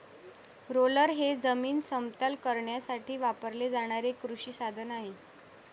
roller हे जमीन समतल करण्यासाठी वापरले जाणारे एक कृषी साधन आहे